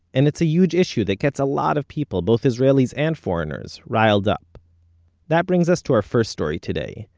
and it's a huge issue, that gets a lot of people both israelis and foreigners riled up that brings us to our first story today.